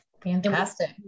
Fantastic